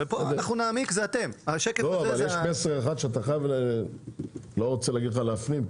אבל יש מסר אחד שאתה חייב לא רוצה להגיד לך להפנים,